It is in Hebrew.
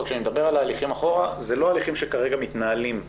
כשאני מדבר על ההליכים אחורה זה לא הליכים שכרגע מתנהלים,